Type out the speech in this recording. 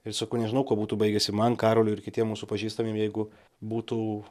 ir sakau nežinau kuo būtų baigęsi man karoliui ir kitiem mūsų pažįstamiem jeigu būtų